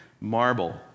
marble